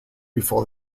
before